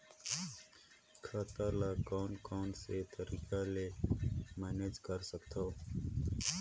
खाता ल कौन कौन से तरीका ले मैनेज कर सकथव?